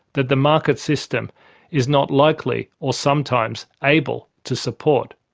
that the market system is not likely or sometimes able to support.